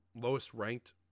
lowest-ranked